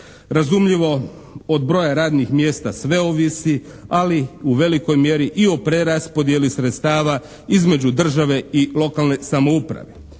Razumljivo od broja radnih mjesta sve ovisi, ali u velikoj mjeri i o preraspodjeli sredstava između države i lokalne samouprave.